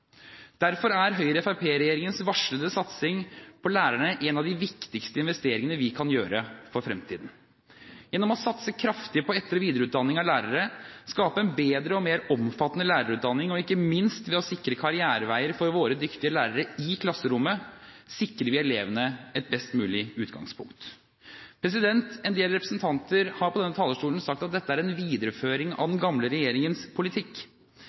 Derfor er Høyre–Fremskrittsparti-regjeringens varslede satsing på lærerne en av de viktigste langsiktige investeringene vi kan gjøre for fremtiden. Gjennom å satse kraftig på etter- og videreutdanning av lærere, skape en bedre og mer omfattende lærerutdanning og ikke minst ved å sikre karriereveier for våre dyktige lærere i klasserommene sikrer vi elevene et best mulig utgangspunkt. En del representanter har på denne talerstolen sagt at dette er en videreføring av den gamle regjeringens politikk.